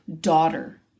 daughter